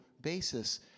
basis